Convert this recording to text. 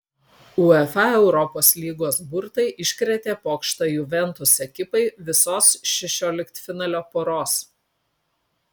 uefa europos lygos burtai iškrėtė pokštą juventus ekipai visos šešioliktfinalio poros